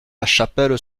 lachapelle